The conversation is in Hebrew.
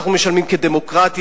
אנחנו משלמים כדמוקרטיה,